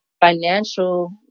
financial